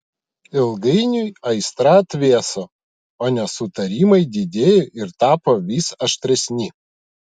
ilgainiui aistra atvėso o nesutarimai didėjo ir tapo vis aštresni